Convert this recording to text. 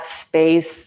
space